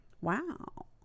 Wow